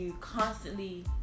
Constantly